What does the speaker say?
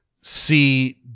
see